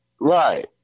right